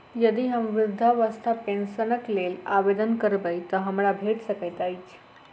यदि हम वृद्धावस्था पेंशनक लेल आवेदन करबै तऽ हमरा भेट सकैत अछि?